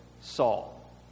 Saul